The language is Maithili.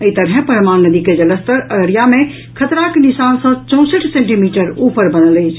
एहि तरहैं परमान नदी के जलस्तर अररिया मे खतराक निशान सँ चौंसठि सेंटीमीटर ऊपर बनल अछि